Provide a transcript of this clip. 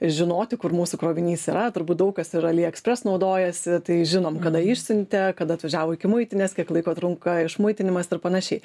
žinoti kur mūsų krovinys yra turbūt daug kas ir ali ekspres naudojasi tai žinom kada išsiuntė kad atvažiavo iki muitinės kiek laiko trunka išmuitinimas ir panašiai